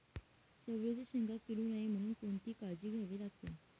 चवळीच्या शेंगा किडू नये म्हणून कोणती काळजी घ्यावी लागते?